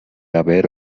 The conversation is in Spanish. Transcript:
haber